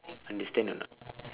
understand or not